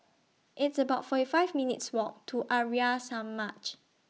It's about forty five minutes' Walk to Arya Samaj